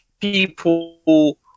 people